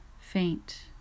Faint